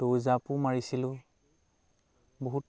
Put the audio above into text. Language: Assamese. দৌৰ জাঁপো মাৰিছিলোঁ বহুত